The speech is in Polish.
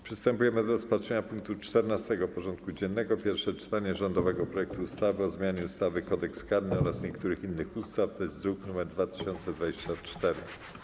Przystępujemy do rozpatrzenia punktu 14. porządku dziennego: Pierwsze czytanie rządowego projektu ustawy o zmianie ustawy - Kodeks karny oraz niektórych innych ustaw (druk nr 2024)